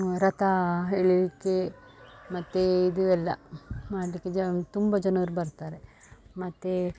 ರಥ ಎಳಿಲಿಕ್ಕೆ ಮತ್ತು ಇದು ಎಲ್ಲ ಮಾಡಲಿಕ್ಕೆ ಜ ತುಂಬ ಜನರು ಬರುತ್ತಾರೆ ಮತ್ತು